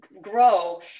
grow